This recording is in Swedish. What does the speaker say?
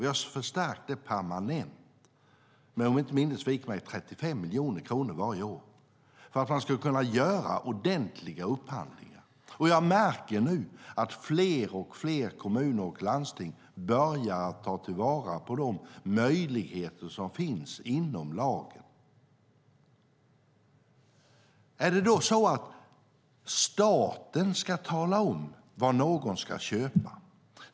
Vi har förstärkt det permanent med - om mitt minne inte sviker mig - 35 miljoner kronor varje år för att man ska kunna göra ordentliga upphandlingar. Jag märker nu att fler och fler kommuner och landsting börjar ta till vara de möjligheter som finns inom lagen. Är det då så att staten ska tala om vad någon ska köpa?